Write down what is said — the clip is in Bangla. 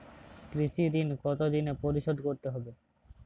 কৃষি ঋণ কতোদিনে পরিশোধ করতে হবে?